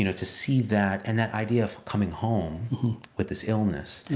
you know to see that, and that idea of coming home with this illness.